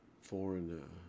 foreign